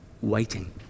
waiting